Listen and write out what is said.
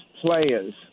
players